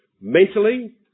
mentally